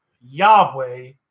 Yahweh